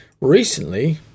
Recently